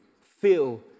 feel